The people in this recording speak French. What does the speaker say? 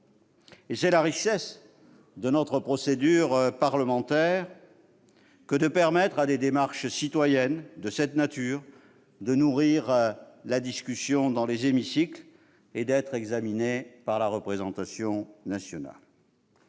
et c'est la richesse de notre procédure parlementaire que de permettre à des démarches citoyennes de cette nature de nourrir la discussion dans les hémicycles et d'être examinées par la représentation nationale.